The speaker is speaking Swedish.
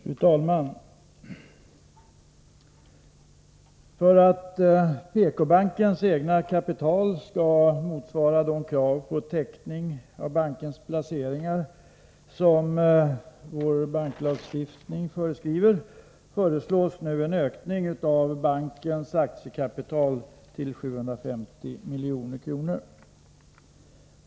Fru talman! För att PK-bankens egna kapital skall motsvara de krav på täckning av bankens placeringar som vår banklagstiftning föreskriver föreslår regeringen nu en ökning av bankens aktiekapital till 750 milj.kr.